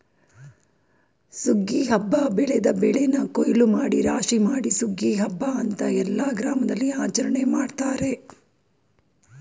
ಸುಗ್ಗಿ ಹಬ್ಬ ಬೆಳೆದ ಬೆಳೆನ ಕುಯ್ಲೂಮಾಡಿ ರಾಶಿಮಾಡಿ ಸುಗ್ಗಿ ಹಬ್ಬ ಅಂತ ಎಲ್ಲ ಗ್ರಾಮದಲ್ಲಿಆಚರಣೆ ಮಾಡ್ತಾರೆ